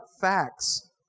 facts